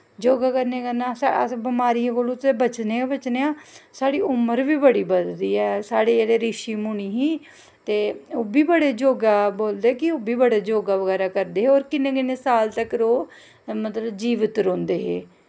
योगा करने कन्नै अस बमारियें कोला दा ते बचने गै बचने आं साढ़ी उमर बी बधदी ऐ साढ़े जेह्ड़े रिशी मुनि हे ते ओह् बी बड़े योगा बोलदे कि ओह् बी बड़े योगा बगैरा करदे होर किन्ने किन्ने साल तक्कर ओह् मतलब जींदा रौंह्दे हे